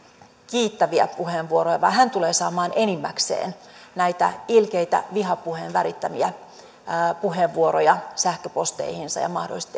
kiittäviä puheenvuoroja vaan hän tulee saamaan enimmäkseen näitä ilkeitä vihapuheen värittämiä puheenvuoroja sähköposteihinsa ja mahdollisesti